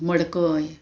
मडकय